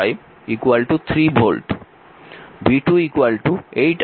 V2 8 i2 8 1 4 2 volt